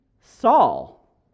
Saul